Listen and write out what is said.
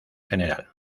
general